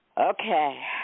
Okay